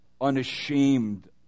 unashamed